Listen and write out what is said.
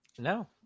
No